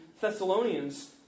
Thessalonians